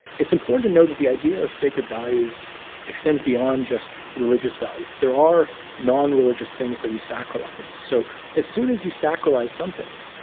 it's important to know that the idea of sacred values extends beyond just religious values. there are non-religious things that we sacralize. so as soon as you sacralize something,